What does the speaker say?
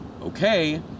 okay